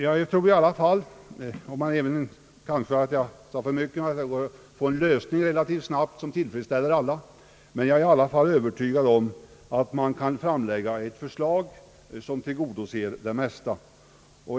Jag kanske säger för mycket, om jag uttalar att det bör bli möjligt att nå en lösning som tillfredsställer alla, men jag tror i alla fall att det kan läggas fram ett förslag som tillgodoser de flesta.